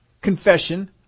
confession